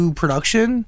production